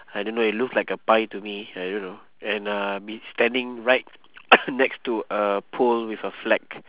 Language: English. I don't know it looks like a pie to me I don't know and uh be standing right next to a pole with a flag